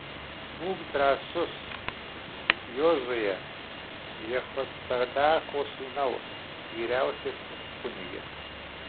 būk drąsus jozue jehocadako sūnau vyriausiasis kunige